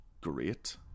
great